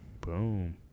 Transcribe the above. Boom